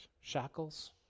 Shackles